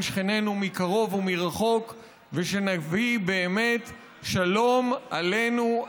שכנינו מקרוב ומרחוק ושנביא באמת שלום עלינו,